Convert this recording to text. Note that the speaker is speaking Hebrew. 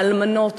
האלמנות.